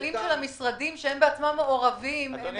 ששנה הבאה לא נראה שוב שלא עשו כלום.